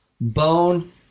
Bone